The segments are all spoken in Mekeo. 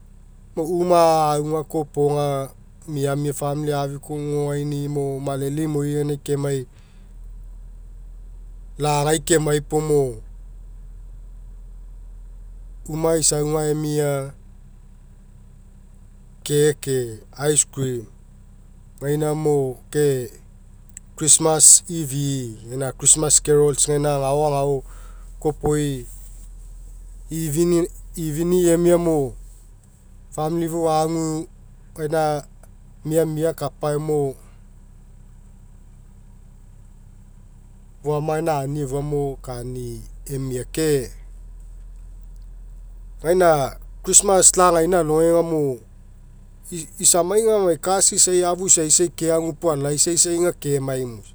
mo uma auga koa iopoga miamia famili afigugagoaini'i mo malele imoi mo ganiniagai kemai, lagai kemai puo uma isauga emia keke ice cream, gaina mo ke christmas fifi'i gaina chrsitmas carols gaina agao agao kop fifni'i emia famili fou agu foama gaina animo kani emia. Ke gaina christmas lagaina alogai agamo isamai aga, emai kas isai afu isaisai keagu puo alaisaisai aga kemai moisa.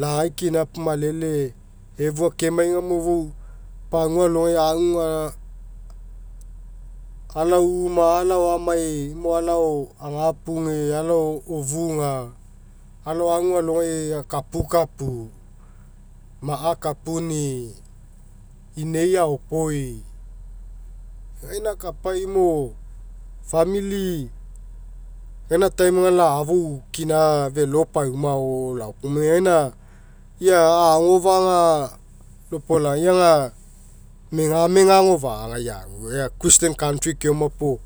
Lagai kina puo malele efua komai agamo fou pagua alogai agu a'alao uma, alao amai mo alao afapuge, alao ofuga alao agu alogai akapukapu, ma'a akapuni'i inei aopoi, gaina akapai mo famili gaina time aga la'afou kina felo pauma agao. Gome gaina ia agofa'a aga lopolaga ia aga megmega agofa'ai ague a christian coutry keoma puo.